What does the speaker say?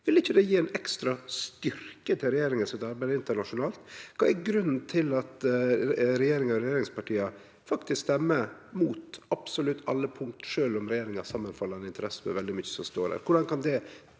Vil ikkje det gje ein ekstra styrke til regjeringa sitt arbeid internasjonalt? Kva er grunnen til at regjeringa og regjeringspartia faktisk stemmer mot absolutt alle punkt, sjølv om regjeringa har samanfallande interesser med veldig mykje som står her?